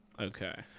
Okay